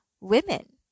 women